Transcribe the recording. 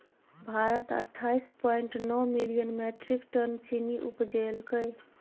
भारत अट्ठाइस पॉइंट नो million metric tonne चीन्नी उपजेलकै